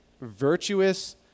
virtuous